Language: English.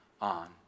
on